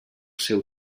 seu